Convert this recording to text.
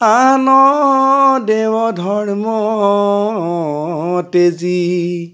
আন দেৱ ধৰ্ম তেজী